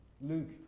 Luke